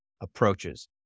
approaches